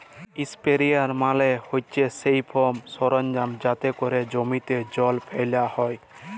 ইসপেরেয়ার মালে হছে সেই ফার্ম সরলজাম যাতে ক্যরে জমিতে জল ফ্যালা হ্যয়